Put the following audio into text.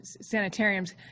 sanitariums